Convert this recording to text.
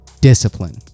Discipline